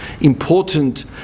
important